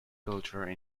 culture